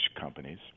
companies